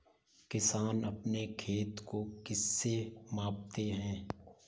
किसान अपने खेत को किससे मापते हैं?